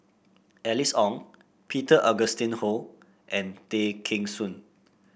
Alice Ong Peter Augustine Goh and Tay Kheng Soon